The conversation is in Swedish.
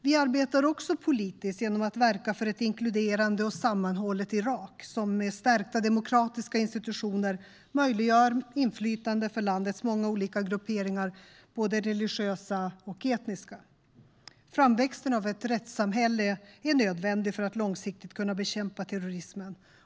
Vi arbetar också politiskt genom att verka för ett inkluderande och sammanhållet Irak, som med stärkta demokratiska institutioner möjliggör inflytande för landets många olika grupperingar, både religiösa och etniska. Framväxten av ett rättssamhälle är nödvändig för att långsiktigt kunna bekämpa terroristerna.